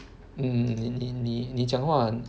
mm 你你你你讲话很